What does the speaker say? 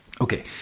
Okay